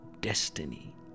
destiny